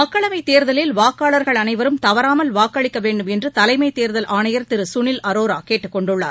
மக்களவைத் தேர்தலில் வாக்காளர்கள் அனைவரும் தவறாமல் வாக்களிக்க வேண்டுமென்று தலைமை தேர்தல் ஆணையர் திரு சுனில் அரோரா கேட்டுக் கொண்டுள்ளார்